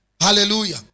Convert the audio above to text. Hallelujah